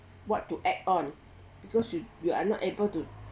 what to act on because you you are not able to